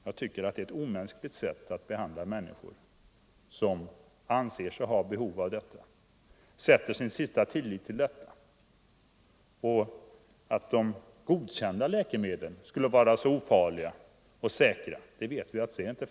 Jag tycker det är ett omänskligt sätt att behandla människor använda vissa s.k. som anser sig ha behov av naturläkemedel och som sätter sin sista lit — naturläkemedel, till dem.m. m. Att de godkända läkemedlen skulle vara så ofarliga och säkra vet vi inte är riktigt.